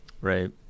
Right